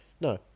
No